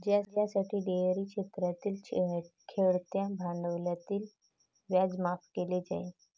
ज्यासाठी डेअरी क्षेत्रातील खेळत्या भांडवलावरील व्याज माफ केले जाईल